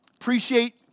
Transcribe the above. Appreciate